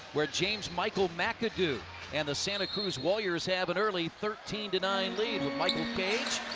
where james michael mcadoo and the santa cruz warriors have an early thirteen nine lead. with michael cage,